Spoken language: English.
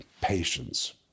patience